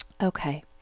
Okay